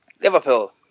Liverpool